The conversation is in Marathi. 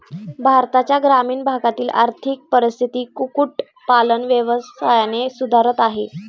भारताच्या ग्रामीण भागातील आर्थिक परिस्थिती कुक्कुट पालन व्यवसायाने सुधारत आहे